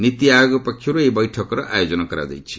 ନୀତି ଆୟୋଗ ପକ୍ଷରୁ ଏହି ବୈଠକର ଆୟୋଜନ କରାଯାଇଛି